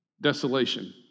desolation